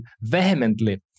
vehemently